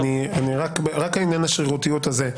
רק לעניין השרירותיות הזה,